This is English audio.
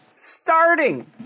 Starting